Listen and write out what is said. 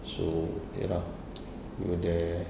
so ya lah we were there